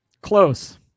Close